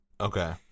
Okay